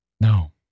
No